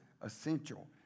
essential